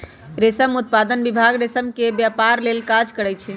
रेशम उत्पादन विभाग रेशम के व्यपार लेल काज करै छइ